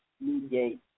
mediate